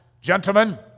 Gentlemen